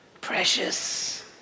Precious